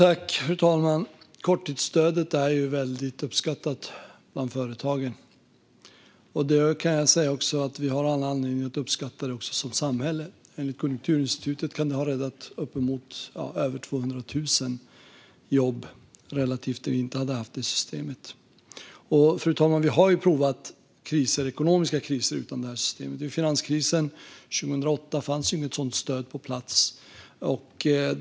Fru talman! Korttidsstödet är väldigt uppskattat bland företagarna, och jag kan säga att vi har all anledning att uppskatta det också som samhälle. Enligt Konjunkturinstitutet kan det ha räddat över 200 000 jobb relativt om vi inte hade haft det systemet. Fru talman! Vi har ju prövats i ekonomiska kriser tidigare. Vid finanskrisen 2008 fanns inget sådant stöd på plats.